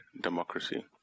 democracy